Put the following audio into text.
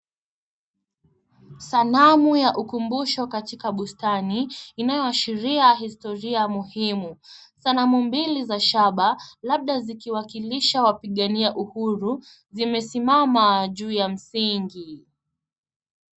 Sanamu ya ukumbusho katika bustani inayo ashiria historia muhimu. Sanamu mbili za shaba labda zikiwakilisha wapigania uhuru zimesimama juu ya msingi.